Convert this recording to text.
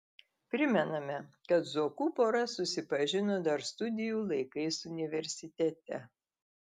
primename kad zuokų pora susipažino dar studijų laikais universitete